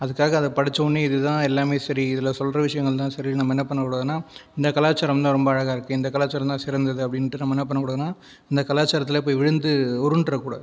அதுக்காக அது படித்த உடனே இதுதான் எல்லாமே சரி இதில் சொல்கிற விஷயங்கள்தான் சரின்னு நம்ம என்ன பண்ணக் கூடாதுன்னால் இந்த கலாச்சாரம் தான் ரொம்ப அழகாக இருக்குது இந்த கலாச்சாரம் தான் சிறந்தது அப்படின்னுட்டு நம்ம என்ன பண்ணக்கூடாதுன்னால் இந்த கலாச்சாரத்துலேயே போய் விழுந்து உருண்டுவிடக்கூடாது